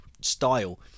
style